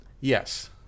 Yes